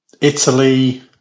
Italy